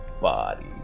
body